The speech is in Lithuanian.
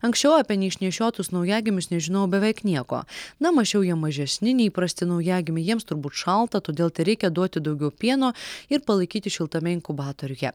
anksčiau apie neišnešiotus naujagimius nežinojau beveik nieko na mąsčiau jie mažesni nei įprasti naujagimiai jiems turbūt šalta todėl tereikia duoti daugiau pieno ir palaikyti šiltame inkubatoriuje